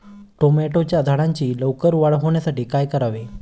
टोमॅटोच्या झाडांची लवकर वाढ होण्यासाठी काय करावे?